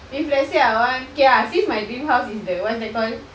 if let's say I want okay ah since my dream house is the what's that called